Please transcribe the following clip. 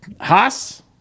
Haas